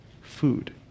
Food